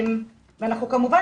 כמובן,